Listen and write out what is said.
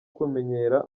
kumenyera